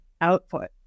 output